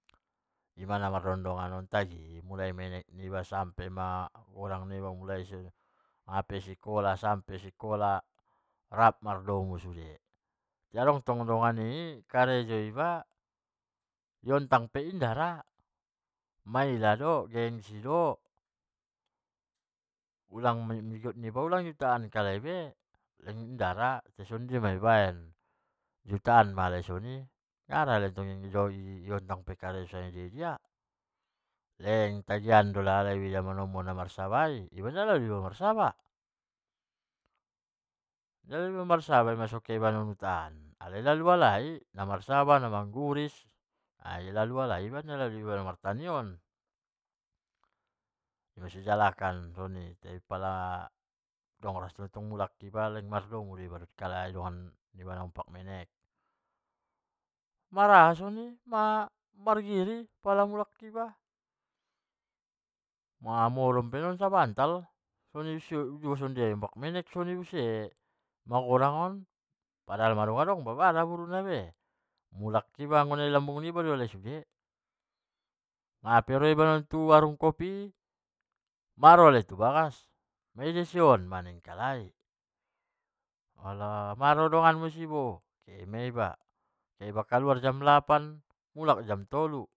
Ima namardonga-dongan on tagi, mulai ma sian menek iba sampe magodang lek tagi, sikola sampe sikola rap mardomu sude, tain tong adong dongan karejo iba di ontang pe inda ra. maila do gengsi do, giot niba ulang di hutaan kalai be tai inda lek ra tai son dia ma ibaen di hutaan ma kalai soni, makana tong di ortak karejo pe sanga idia-dia leng tagian do lala halai namarsaba i, iba nang namalo niba marsaba, nang namalo niba marsaba makana kehe iba ngen hutaan, halai malo halai namarsaba, namangguris, iba nang namalo niba namarsaba on, marsijalakan soni tai tong dong rasoki mulak iba mardomu do iba rap kalai dongan niba pak menek, mar aha soni, margiri pala dung mulak iba, nang modom pennon sabantal buse, sonjia iba pak menek son i buse dung magodang on, madong doba daboruna be, mulak iba nalambung niba do alai sude, nape ro iba non tu warung kopi i maro alai tu bagas, maidia son nialai, maro dongan mu si on, kaluar ma iba, pala kehe iba kaluar jam lapan mulak jam tolu.